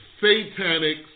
satanic